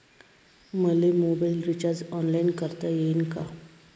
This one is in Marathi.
मले मोबाईल रिचार्ज ऑनलाईन करता येईन का?